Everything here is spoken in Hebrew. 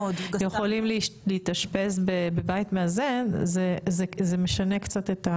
היום יכולים להתאשפז בבית מאזן זה משנה קצת.